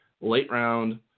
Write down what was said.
late-round